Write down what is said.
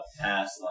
past